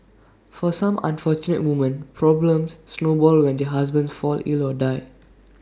for some unfortunate woman problems snowball when their husbands fall ill or die